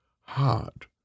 hard